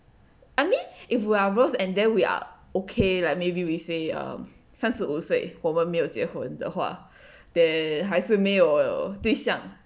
I mean if we are bros and then we are okay like maybe we say um 三十五岁我们没有结婚的的话 then 还是没有对象